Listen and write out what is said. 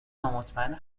نامطمئن